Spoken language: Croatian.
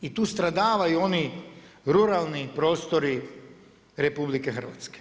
I tu stradavaju oni ruralni prostori RH.